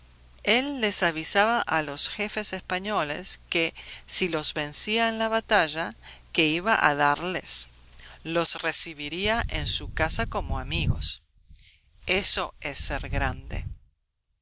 el les avisaba a los jefes españoles que si los vencía en la batalla que iba a darles los recibiría en su casa como amigos eso es ser grande